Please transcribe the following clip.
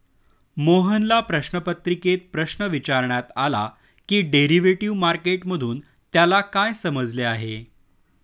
मोहनला प्रश्नपत्रिकेत प्रश्न विचारण्यात आला की डेरिव्हेटिव्ह मार्केट मधून त्याला काय समजले आहे?